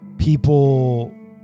People